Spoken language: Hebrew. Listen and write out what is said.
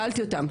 ושאלתי אותם,